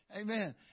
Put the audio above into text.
Amen